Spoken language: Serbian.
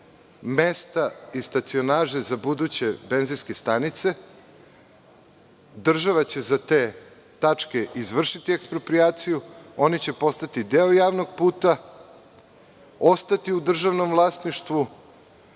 mesta i stacionaže za buduće benzinske stanice, država će za te tačke izvršiti eksproprijaciju, oni će postati deo javnog puta, ostati u državnom vlasništvu,